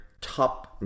top